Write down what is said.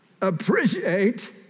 appreciate